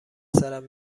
سرم